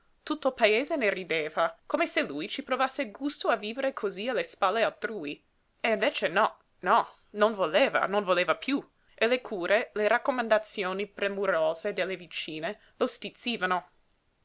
il paese ne rideva come se lui ci provasse gusto a vivere cosí alle spalle altrui e invece no no non voleva non voleva piú e le cure le raccomandazioni premurose delle vicine lo stizzivano non